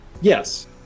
yes